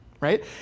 right